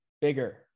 bigger